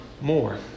more